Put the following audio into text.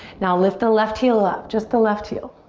now lift the left heel up. just the left heel.